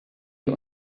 wir